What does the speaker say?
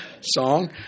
song